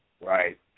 right